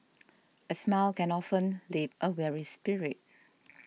a smile can often lip a weary spirit